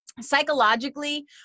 psychologically